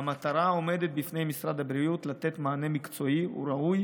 המטרה העומדת בפני משרד הבריאות היא לתת מענה מקצועי וראוי